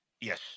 Yes